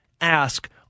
ask